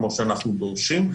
כמו שאנחנו דורשים.